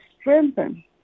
strengthen